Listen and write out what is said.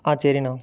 ஆ சரிண்ணா